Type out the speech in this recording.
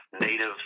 Native